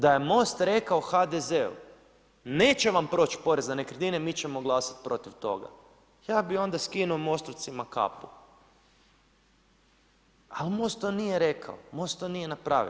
Da je Most rekao HDZ-u neće vam proć porez na nekretnine, mi ćemo glasati protiv toga, ja bih onda skinuo Mostovcima kapu, ali Most to nije rekao, Most to nije napravio.